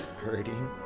hurting